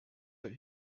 that